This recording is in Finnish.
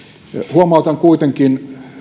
huomautan kuitenkin